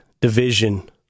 division